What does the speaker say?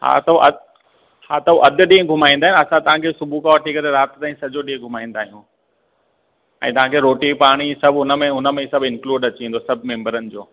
हा त उहे अधु हा त उहे अधु ॾींहुं घुमाईंदा आहिनि असां तव्हांखे सुबुह खां वठी करे राति ताईं सॼो डीहुं घुमाईंदा आहियूं ऐं तव्हांखे रोटी पाणी सभु हुनमें हुनमें ई सभु इंक्लुड अची वेंदो सभु मेंबरनि जो